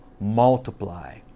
Multiply